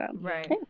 right